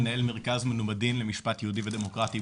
מנהל מרכז מנומדין למשפט יהודי ודמוקרטי,